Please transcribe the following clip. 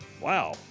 Wow